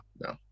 no